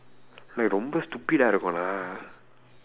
like ரொம்ப:rompa stupidaa இருக்கும்:irukkum lah